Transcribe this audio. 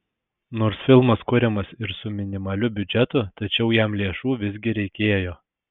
nors filmas kuriamas ir su minimaliu biudžetu tačiau jam lėšų visgi reikėjo